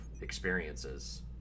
experiences